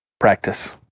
Practice